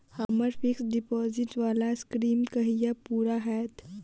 हम्मर fixed deposit वला scheme कहिया पूरा हैत?